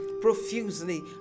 profusely